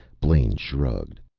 blaine shrugged.